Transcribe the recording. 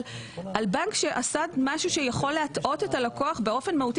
בנק שעשה משהו שיכול להטעות את הלקוח באופן מהותי.